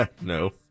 No